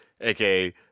aka